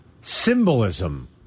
symbolism